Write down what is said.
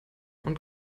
und